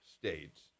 states